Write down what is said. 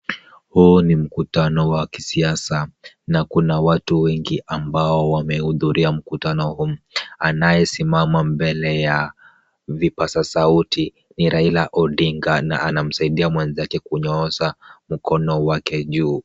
Huu ni mkutano wa kisiasa na kuna watu wengi ambao wamehudhuria mkutano huu . Anayesimama mbele ya vipaza sauti ni Raila odinga na anamsaidia mwenzake kunyoosha mkono wake juu.